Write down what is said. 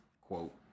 quote